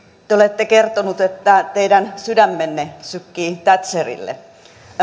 te te olette kertonut että teidän sydämenne sykkii thatcherille